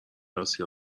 آسیا